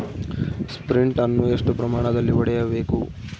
Sprint ಅನ್ನು ಎಷ್ಟು ಪ್ರಮಾಣದಲ್ಲಿ ಹೊಡೆಯಬೇಕು?